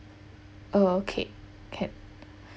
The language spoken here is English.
oh okay can